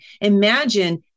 imagine